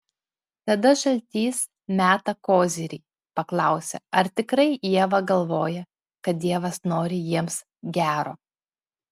tada žaltys meta kozirį paklausia ar tikrai ieva galvoja kad dievas nori jiems gero